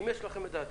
האם יש לכם מידע?